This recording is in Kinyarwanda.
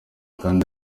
kandi